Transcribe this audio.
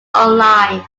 online